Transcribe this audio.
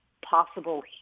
possible